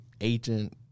agent